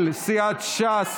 של סיעת ש"ס